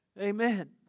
Amen